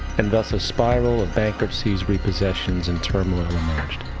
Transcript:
and thus a spiral of bankruptcies, repossessions, and turmoil emerged.